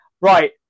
right